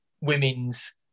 women's